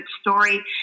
story